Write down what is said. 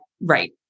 right